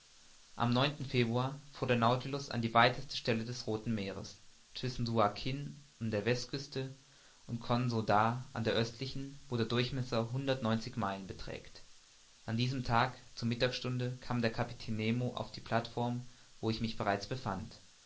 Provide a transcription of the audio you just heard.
am februar fuhr der nautilus an der weitesten stelle des rothen meeres zwischen suakin an der westküste und quonsodah an der östlichen wo der durchmesser hundertneunzig meilen beträgt an diesem tage zur mittagsstunde kam der kapitän nemo auf die plateform wo ich bereits mich befand